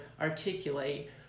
articulate